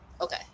okay